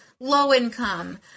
low-income